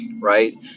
right